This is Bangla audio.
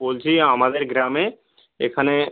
বলছি আমাদের গ্রামে এখানে